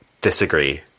disagree